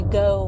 go